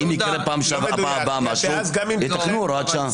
אם יקרה פעם הבאה משהו, יתקנו הוראת שעה.